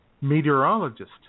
meteorologist